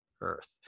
Earth